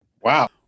Wow